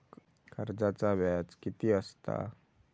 कर्जाचा व्याज कीती असता?